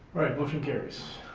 motion carries.